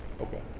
Okay